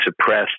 suppressed